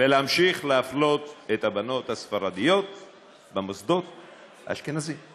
ולהמשיך להפלות את הבנות הספרדיות במוסדות האשכנזיים,